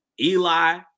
Eli